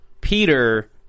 Peter